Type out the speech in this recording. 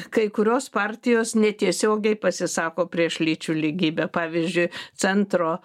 kai kurios partijos netiesiogiai pasisako prieš lyčių lygybę pavyzdžiui centro